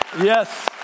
Yes